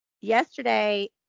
yesterday